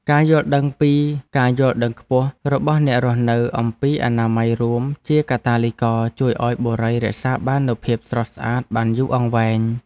ការយល់ដឹងខ្ពស់របស់អ្នករស់នៅអំពីអនាម័យរួមជាកាតាលីករជួយឱ្យបុរីរក្សាបាននូវភាពស្រស់ស្អាតបានយូរអង្វែង។